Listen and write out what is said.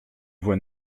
voix